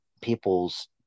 people's